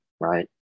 right